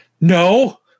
No